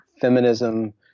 feminism